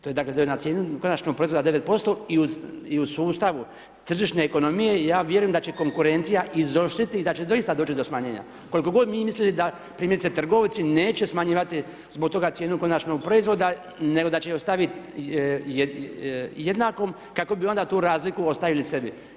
To je dakle na cijenu konačnog proizvod 9% i u sustavu tržišne ekonomije, ja vjerujem da će konkurencija izoštriti i da će doista doći do smanjenja, koliko god mi mislili da primjerice, trgovci neće smanjivati zbog toga cijenu konačnog proizvoda nego da će ju ostaviti jednakom kako bi onda tu razliku ostavili sebi.